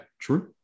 true